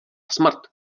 smrt